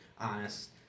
honest